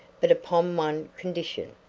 but upon one condition.